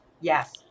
yes